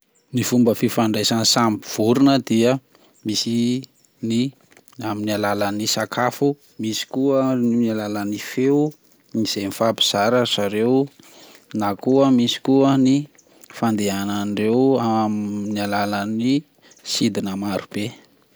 Ny fomba fifandraisany samy vorona dia misy ny amin'alalany sakafo, misy koa amin'alalany feo izay mifampy zara zareo na koa misy koa ny fandehananan'ireo amin'ny alalany sidina maro be.